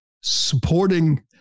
supporting